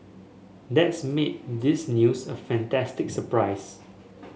that's made this news a fantastic surprise